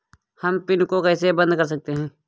हम पिन को कैसे बंद कर सकते हैं?